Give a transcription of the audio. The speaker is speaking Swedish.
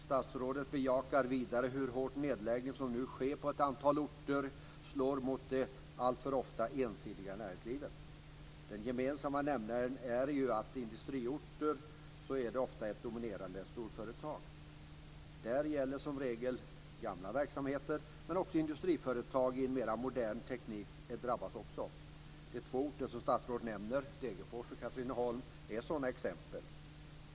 Statsrådet bejakar vidare hur hårt den nedläggning som nu sker på ett antal orter slår mot det alltför ofta ensidiga näringslivet. Den gemensamma nämnaren är ju att det på industriorter ofta är ett dominerande storföretag. Det gäller som regel gamla verksamheter, men också industriföretag inom mer modern teknik drabbas. De två orter som statsrådet nämner, Degerfors och Katrineholm, är sådana exempel.